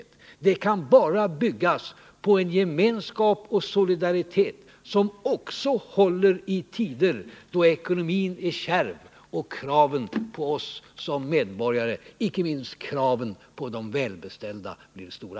Det framtida samhället kan bara byggas på en gemenskap och en solidaritet, som också håller i tider då ekonomin är kärv och kraven på oss som medborgare, icke minst på de välbeställda, blir stora.